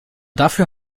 dafür